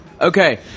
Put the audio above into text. Okay